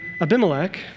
Abimelech